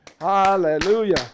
Hallelujah